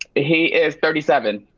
ah he is thirty seven.